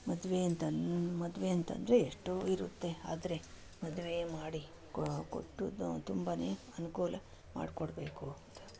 ಮದುವೆ ಅಂತ ಮದುವೆ ಅಂತಂದರೆ ಎಷ್ಟೋ ಇರುತ್ತೆ ಆದರೆ ಮದುವೆ ಮಾಡಿ ಕೊಟ್ಟು ತುಂಬನೇ ಅನುಕೂಲ ಮಾಡಿಕೊಡ್ಬೇಕು ಅಂತ